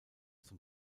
zum